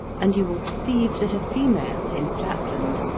and you will perceive that a female, in flatland,